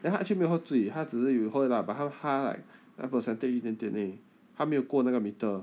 then 他 actually 没有喝醉他只是有喝啦 but but 他 like 那个时候 sample 一点点而已他没有过那个 meter